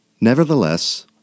nevertheless